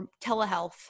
telehealth